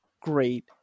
great